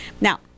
Now